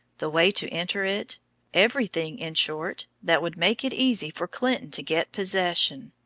the way to enter it every thing, in short, that would make it easy for clinton to get possession.